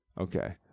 Okay